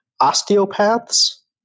osteopaths